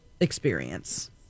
experience